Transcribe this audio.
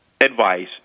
Advice